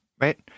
Right